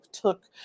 took